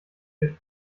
tisch